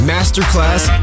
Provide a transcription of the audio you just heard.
Masterclass